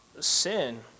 Sin